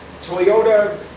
Toyota